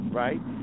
right